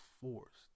forced